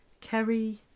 Kerry